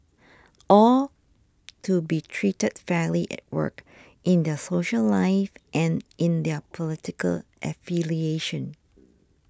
all to be treated fairly at work in their social life and in their political affiliations